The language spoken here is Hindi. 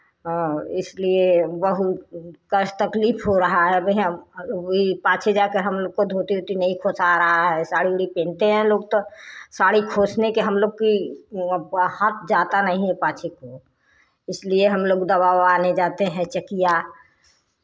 और इसलिए बहुत कष्ट तकलीफ हो रहा है अबहे हम उई पाछे जाके हम लोग को धोती ओती नहीं खोंसा रहा है साड़ी ओड़ी पहनते हैं लोग तो साड़ी खोंसने के हम लोग की वहाँ पे हाथ जाता नहीं है पाछे को इसलिए हम लोग दवा ओवाने जाते हैं चकिया